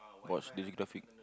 watch